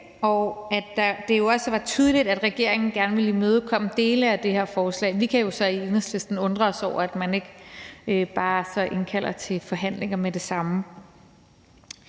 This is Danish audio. Det var også tydeligt, at regeringen gerne ville imødekomme dele af det her forslag. Vi kan jo så i Enhedslisten undre os over, at man så ikke bare indkalder til forhandlinger med det samme.